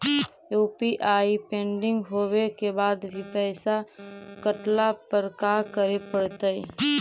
UPI pending होवे के बाद भी पैसा कटला पर का करे पड़तई?